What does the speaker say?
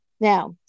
Now